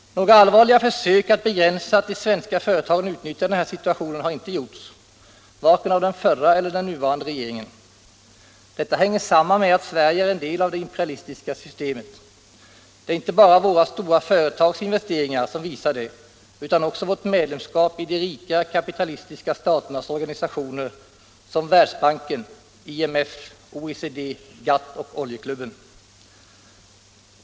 Några allvarliga försök att begränsa att de svenska företagen utnyttjar den här situationen har inte gjorts, varken av den förra eller den nuvarande regeringen. Detta hänger samman med att Sverige är en del av det imperialistiska systemet. Det är inte bara våra stora företags investeringar som visar det, utan också vårt medlemskap i de rika, kapitalistiska staternas organisationer: Världsbanken, IMF, OECD, GATT och Oljeklubben.